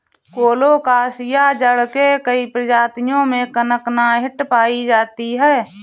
colocasia जड़ के कई प्रजातियों में कनकनाहट पायी जाती है